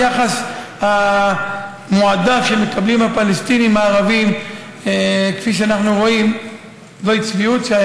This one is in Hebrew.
היחס המועדף שמקבלים הפלסטינים הערבים כפי שאנחנו רואים הם צביעות,